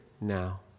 now